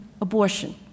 abortion